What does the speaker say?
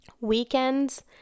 weekends